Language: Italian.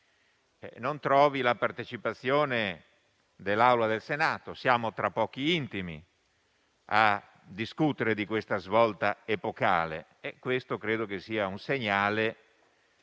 non trovi la partecipazione dell'Assemblea del Senato. Siamo tra pochi intimi a discutere di tale svolta epocale e questo credo che sia un segnale